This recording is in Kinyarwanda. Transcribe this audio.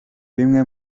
bimwe